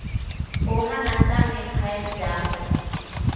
पोहा नाश्ता में खायल जाहई